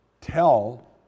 tell